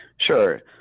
Sure